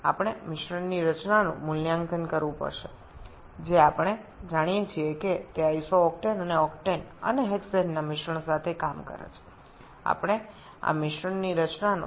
আমাদের মিশ্রণের উপাদানগুলি ও আলোচনা করতে হবে যা আমরা জানি যে এটি আইসো অক্টেন এবং অক্টেন এবং হেক্সেনের মিশ্রণ নিয়ে কাজ করছে